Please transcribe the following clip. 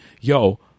Yo